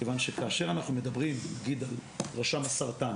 כיוון שכאשר אנחנו מדברים נגיד על רשם הסרטן,